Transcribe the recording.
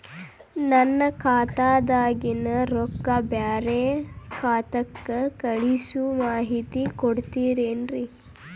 ನನ್ನ ಖಾತಾದಾಗಿನ ರೊಕ್ಕ ಬ್ಯಾರೆ ಖಾತಾಕ್ಕ ಕಳಿಸು ಮಾಹಿತಿ ಕೊಡತೇರಿ?